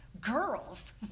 girls